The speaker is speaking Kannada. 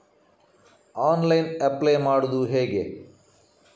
ಆನ್ಲೈನ್ ಲೋನ್ ಅಪ್ಲೈ ಮಾಡುವುದು ಹೇಗೆ?